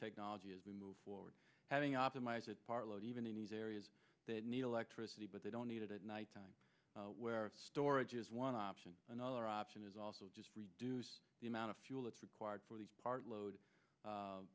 technology as we move forward having optimized it part of even in these areas that need electricity but they don't need it at nighttime where storage is one option another option is also just reduce the amount of fuel that's required for these parts load